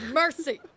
mercy